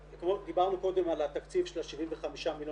דיברנו קודם על התקציב של ה-75 מיליון